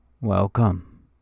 Welcome